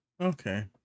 Okay